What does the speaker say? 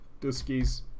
Duskies